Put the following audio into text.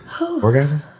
Orgasm